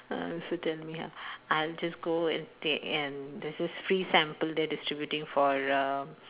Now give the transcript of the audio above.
uh so then me ah I'll just go and take and there's this free sample there distributing for um